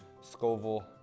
Scoville